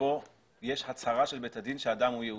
שבו יש הצהרה של בית הדין שאדם הוא יהודי,